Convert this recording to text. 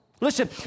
Listen